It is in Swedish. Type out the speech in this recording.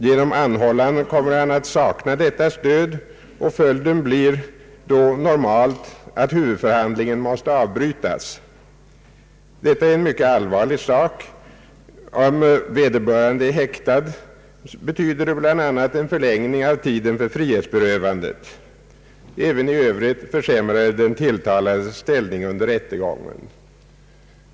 Genom anhållandet kommer han att sakna detta stöd, och följden blir då normalt att huvudförhandlingen måste avbrytas. Detta är en mycket allvarlig sak. Om vederbörande är häktad, betyder det bl.a. en förlängning av tiden för frihetsberövandet, men även i övrigt försämrar det den tilltalades ställning under rättegången.